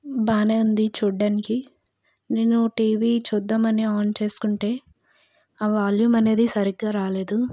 బాగానే ఉంది చూడ్డానికి నేను టీవీ చూద్దామని ఆన్ చేసుకుంటే ఆ వాల్యూమ్ అనేది సరిగ్గా రాలేదు